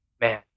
man